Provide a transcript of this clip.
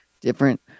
different